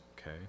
Okay